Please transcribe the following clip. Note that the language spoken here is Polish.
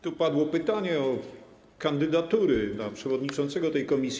Tu padło pytanie o kandydatury na przewodniczącego tej komisji.